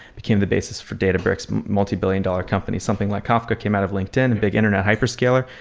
became the basis for data bricks, multibillion-dollar company. something like kafka came out of linkedin. and big internet hyper scaler,